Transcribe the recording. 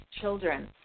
children